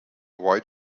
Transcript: white